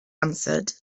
answered